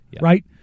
Right